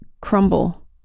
crumble